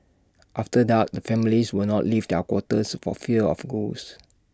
after dark the families would not leave their quarters for fear of ghosts